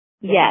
Yes